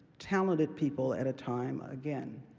talented people at a time, again,